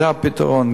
זה הפתרון.